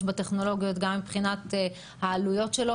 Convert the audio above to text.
בטכנולוגיות וגם מבחינת העלויות שלו?